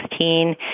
2016